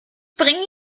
bringe